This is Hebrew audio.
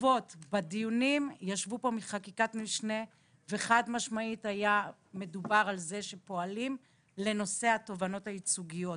בדיונים כאן חד משמעית דובר על כך שפועלים בנושא התובענות הייצוגיות.